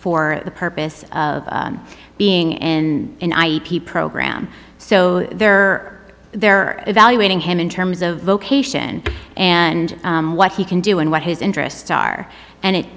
for the purpose of being in the program so they're they're evaluating him in terms of vocation and what he can do and what his interests are and it